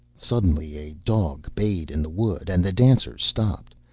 suddenly a dog bayed in the wood, and the dancers stopped,